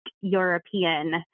European